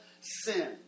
sin